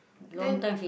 then